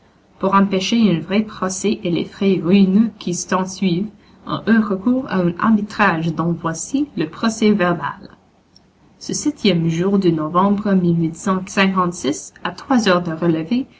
pour empêcher un vrai procès et les frais ruineux qui s'ensuivent on eut recours à un arbitrage dont voici le procès-verbal ce septième jour de novembre à heures de relevée